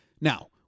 Now